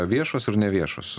viešos ir neviešos